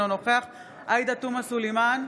אינו נוכח עאידה תומא סלימאן,